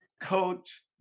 Coach